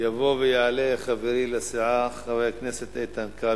יבוא ויעלה חברי לסיעה חבר הכנסת איתן כבל.